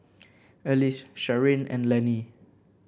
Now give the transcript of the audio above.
Ellis Sharyn and Lanny